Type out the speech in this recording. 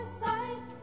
sight